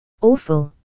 Awful